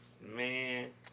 man